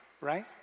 right